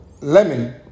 lemon